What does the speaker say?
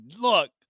Look